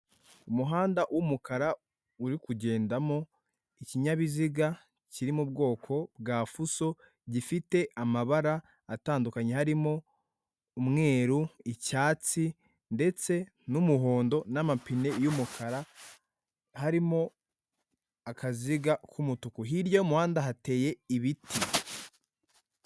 Umuhanda w'umukara, uri kugendamo ikinyabiziga cya kiri mu bwoko bwa fuso, gifite amabara atandukanye, harimo; umweru, icyatsi ndetse n'umuhondo, n'amapine y'umukara harimo akaziga k'umutuku. Hirya y'umuhanda hateye ibiti.